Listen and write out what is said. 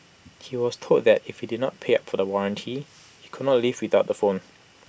he was told that if he did not pay up for the warranty he could not leave without the phone